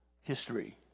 history